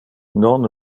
non